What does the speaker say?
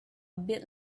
bit